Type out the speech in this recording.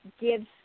gives